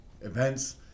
events